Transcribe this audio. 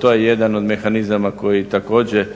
to je jedan od mehanizama koji također